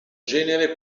genere